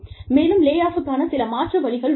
மேலும் லே ஆஃப்க்கான சில மாற்று வழிகள் உள்ளன